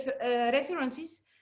references